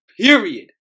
Period